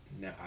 No